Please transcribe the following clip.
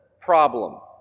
problem